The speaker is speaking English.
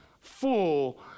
Full